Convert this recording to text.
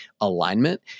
alignment